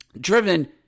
driven